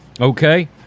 Okay